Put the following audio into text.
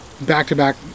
back-to-back